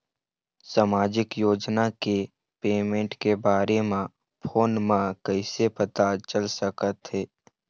सामाजिक योजना के पेमेंट के बारे म फ़ोन म कइसे पता चल सकत हे?